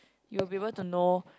you will be able to know